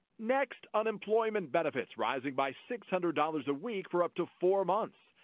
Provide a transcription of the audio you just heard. next, unemployment benefits rising by six hundred dollars a week for up to four months.